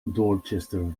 dorchester